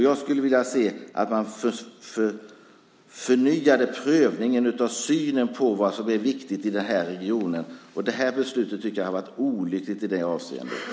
Jag skulle vilja se att man förnyade prövningen av synen på vad som är viktigt i den här regionen. Det här beslutet har varit olyckligt i det avseendet.